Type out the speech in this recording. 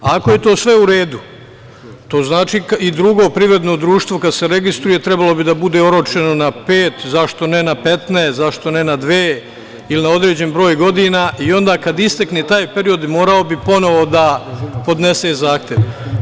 Ako je to sve u redu, to znači i drugo privredno društvo kada se registruje trebalo bi da bude oročeno na pet, zašto ne na 15, zašto ne na dve ili neodređen broj godina i onda kad istekne taj period, morao bi ponovo da podnese zahtev.